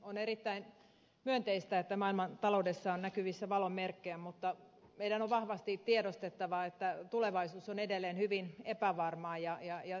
on erittäin myönteistä että maailmantaloudessa on näkyvissä valon merkkejä mutta meidän on vahvasti tiedostettava että tulevaisuus on edelleen hyvin epävarma